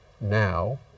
now